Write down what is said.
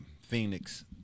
Phoenix